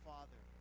Father